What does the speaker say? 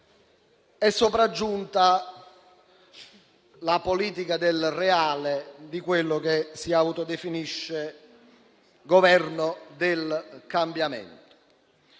è sopraggiunta la politica del reale di quello che si autodefinisce Governo del cambiamento.